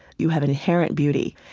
you have an inherent beauty,